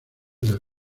del